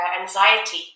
anxiety